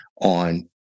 on